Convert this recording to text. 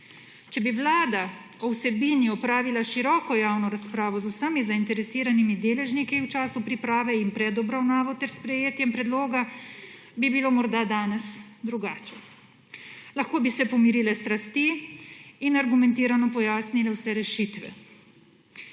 Če bi vlada o vsebini opravila široko javno razpravo z vsemi zainteresiranimi deležniki in v času priprave in pred obravnavo ter sprejetjem predloga, bi bilo morda danes drugače. Lahko bi se pomirile strasti in argumentirano pojasnile vse rešitve.